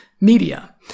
media